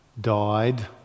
died